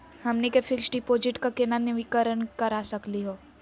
हमनी के fix deposit क केना नवीनीकरण करा सकली हो?